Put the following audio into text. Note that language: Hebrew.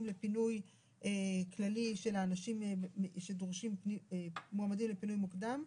לפינוי כללי של האנשים שדורשים מועמדים לפינוי מוקדם,